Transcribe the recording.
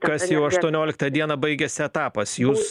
kas jau aštuonioliktą dieną baigiasi etapas jūs